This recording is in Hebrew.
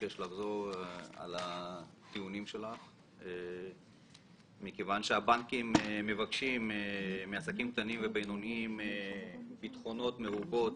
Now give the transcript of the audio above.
הבנקים מבקשים בטוחות מרובות,